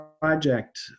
project